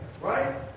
right